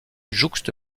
jouxte